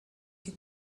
die